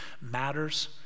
matters